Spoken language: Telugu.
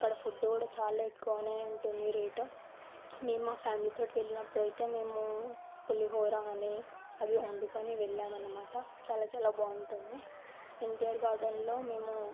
అక్కడ ఫుడ్ కూడా చాలా ఎక్కువ ఉంటుంది రేటు మేము మా ఫ్యామిలితో వెళ్ళినప్పుడైతే మేము పులిహోర అని అవి వండుకుని వెళ్ళాము అన్నమాట చాలా చాలా బాగుంటుంది యన్టీఆర్ గార్డెన్లో మేము